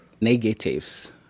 negatives